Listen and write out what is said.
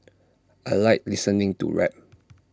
I Like listening to rap